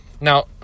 now